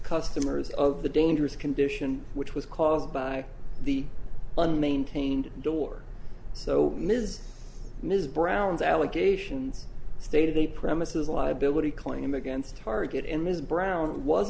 customers of the dangerous condition which was caused by the unmaintained door so ms ms brown's allegations stated they premises liability claim against target and ms brown was